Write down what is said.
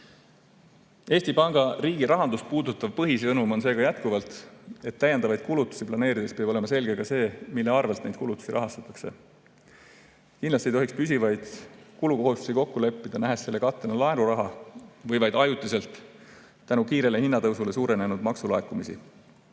Eesti Panga riigirahandust puudutav põhisõnum on seega jätkuvalt see, et täiendavaid kulutusi planeerides peab olema selge ka see, mis allikast neid kulutusi rahastatakse. Kindlasti ei tohiks püsivaid kulukohustusi kokku leppida, nähes selle kattena laenuraha või vaid ajutiselt tänu kiirele hinnatõusule suurenenud maksulaekumisi.